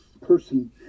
person